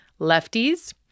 lefties